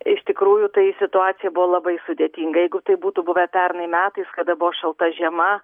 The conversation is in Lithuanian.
iš tikrųjų tai situacija buvo labai sudėtinga jeigu tai būtų buvę pernai metais kada buvo šalta žiema